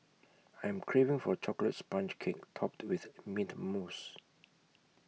I am craving for A Chocolate Sponge Cake Topped with Mint Mousse